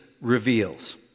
reveals